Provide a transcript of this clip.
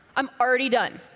i'm already done.